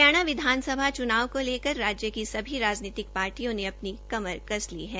हरियाणा विधान सभा चुनाव को लेकर राजय की सभी राजनीतिक पार्टियों ने अपनी कमर कस ली है